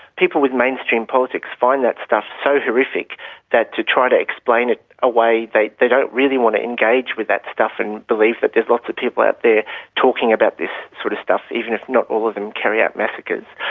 people with mainstream politics find that stuff so horrific that to try to explain it away, they they don't really want to engage with that stuff and believe that there's lots of people out there talking about this sort of stuff, even if not all of them carry out massacres.